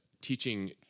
teaching